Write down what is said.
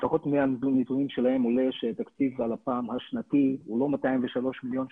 לפחות מהנתונים שלהם עולה שתקציב הלפ"מ השנתי הוא לא 203 מיליון שקל,